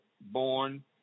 born